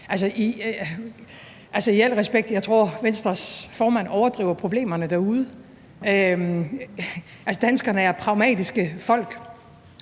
i den kreds. I al respekt tror jeg, at Venstres formand overdriver problemerne derude. Altså, danskerne er pragmatiske folk.